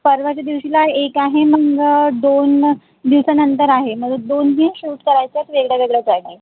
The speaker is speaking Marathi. परवाच्या दिवशीला एक आहे मग दोन दिवसानंतर आहे मला दोन दिवस शूट करायचं आहे वेगळ्या वेगळ्या जागी